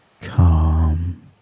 calm